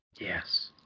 Yes